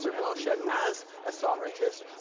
so blanchet, as a sovereigntist,